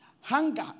Hunger